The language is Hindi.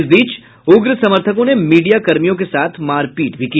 इस बीच उग्र समर्थकों ने मीडिया कर्मियों के साथ मार पीट भी की